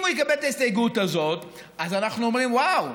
אם הוא יקבל את ההסתייגות הזאת אז אנחנו אומרים: וואו,